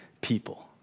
people